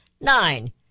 Nine